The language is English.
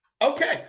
Okay